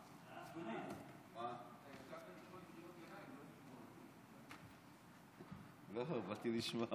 אתה ישבת לקרוא לי קריאות ביניים, לא לשמוע